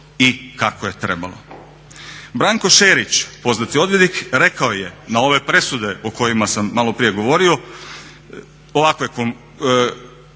i kako je trebalo. Branko Šerić, poznati odvjetnik, rekao je na ove presude o kojima sam maloprije govorio i ovako